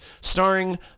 starring